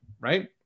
right